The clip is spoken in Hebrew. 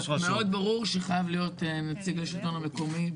מאוד ברור שחייב להיות נציג השלטון המקומי.